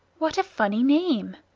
what a funny name!